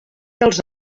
dels